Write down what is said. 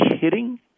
kidding